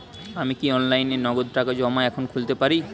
আমি কি অনলাইনে নগদ টাকা জমা এখন খুলতে পারি?